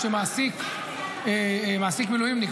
כשמעסיק מעסיק מילואימניק,